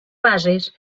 bases